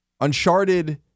Uncharted